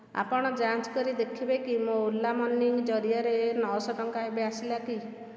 ଆପଣ ଯାଞ୍ଚ କରି ଦେଖିବେ କି ମୋ ଓଲା ମନି ଜରିଆରେ ନଅ ଶହ ଟଙ୍କା ଏବେ ଆସିଲା କି